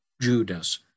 Judas